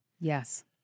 Yes